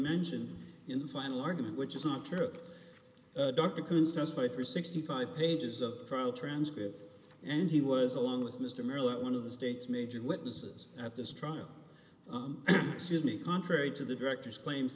mentioned in the final argument which is not true dr coombs testified for sixty five pages of the trial transcript and he was along with mr miller one of the state's major witnesses at this trial excuse me contrary to the director's claims